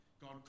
God